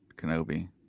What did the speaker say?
Kenobi